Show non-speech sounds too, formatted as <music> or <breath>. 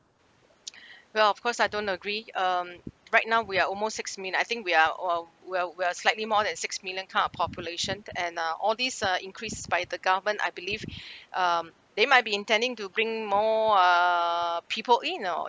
<breath> well of course I don't agree um right now we are almost six mil~ I think we are all we're we're slightly more than six million kind of population and uh all these uh increased by the government I believe um they might be intending to bring more uh people in oh